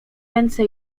ręce